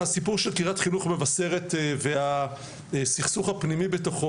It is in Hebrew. הסיפור של קריית חינוך מבשרת והסכסוך הפנימי בתוכו,